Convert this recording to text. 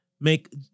make